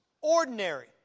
ordinary